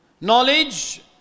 knowledge